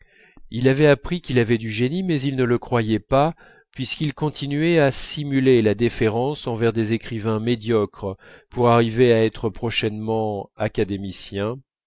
il avait appris qu'il avait du génie mais il ne le croyait pas puisqu'il continuait à simuler la déférence envers des écrivains médiocres pour arriver à être prochainement académicien